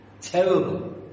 terrible